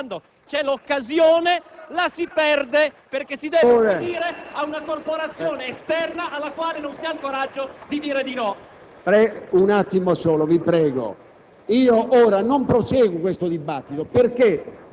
lo siamo adesso, ma il moralismo non lo accettiamo, specie se, quando vi è l'occasione, la si perde perché si deve ubbidire ad una corporazione esterna alla quale non si ha il coraggio di dire di no. *(Applausi e